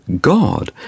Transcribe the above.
God